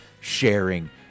sharing